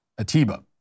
Atiba